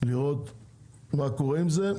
לראות מה קורה עם זה.